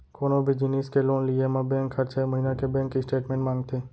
कोनों भी जिनिस के लोन लिये म बेंक हर छै महिना के बेंक स्टेटमेंट मांगथे